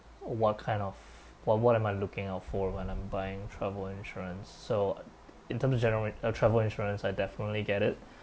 what kind of what what am I looking out for when I'm buying travel insurance so in terms uh travel insurance I'd definitely get it